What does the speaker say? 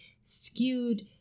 skewed